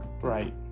right